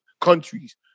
countries